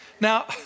Now